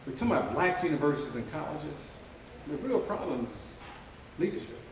to my black universities and colleges, the real problem is leadership.